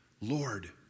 Lord